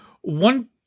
one